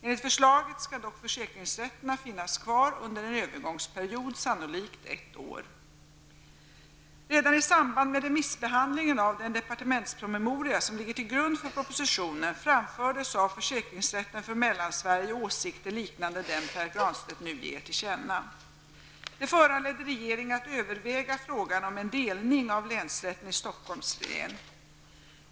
Enligt förslaget skall dock försäkringsrätterna finnas kvar under en övergångsperiod, sannolikt ett år. Redan i samband med remissbehandlingen av den departementspromemoria som ligger till grund för propositionen framfördes av försäkringsrätten för Mellansverige åsikter liknande dem Pär Granstedt nu ger till känna. Det föranledde regeringen att överväga frågan om en delning av länsrätten i Stockholms län.